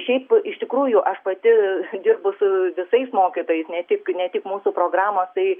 šiaip iš tikrųjų aš pati dirbu su visais mokytojais ne tik ne tik mūsų programose ir